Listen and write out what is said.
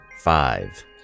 five